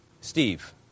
Steve